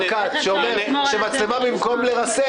ברקת שאומר שלדבריכם מצלמות במקום לרסן,